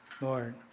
Lord